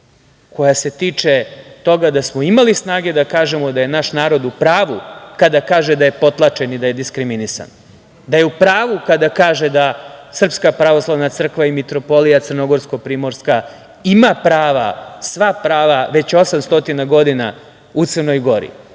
koja se tiče toga da smo imali snage da kažemo da je naš narod u pravu, kada kaže da je potlačen i da je diskriminisan, da je u pravu kada kaže da SPC i Mitropolija Crnogorsko-primorska ima prava, sva prava, već 800 godina u Crnoj Gori. To